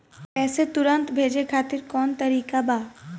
पैसे तुरंत भेजे खातिर कौन तरीका बा?